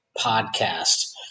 podcast